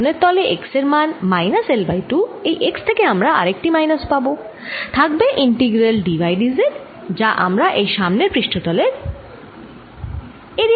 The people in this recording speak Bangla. যেহেতু পেছনের তলে x এর মান মাইনাস L বাই 2 এই x থেকে আমরা আরেকটি মাইনাস পাব থাকবে integral d y d z যা এই সামনের পৃষ্ঠ তলের এরিয়া মাত্র